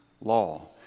law